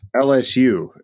LSU